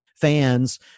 fans